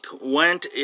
went